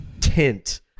tint